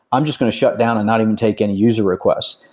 i'm just going to shut down and not even take any user requests,